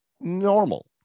normal